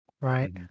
Right